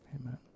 Amen